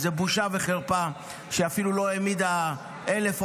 וזה בושה וחרפה שהוא אפילו לא העמיד 1,000 או